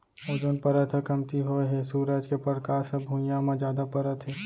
ozone परत ह कमती होए हे सूरज के परकास ह भुइयाँ म जादा परत हे